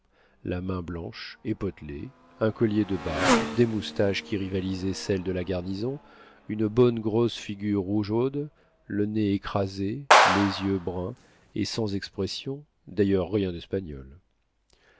la main blanche et potelée un collier de barbe des moustaches qui rivalisaient celles de la garnison une bonne grosse figure rougeaude le nez écrasé les yeux bruns et sans expression d'ailleurs rien d'espagnol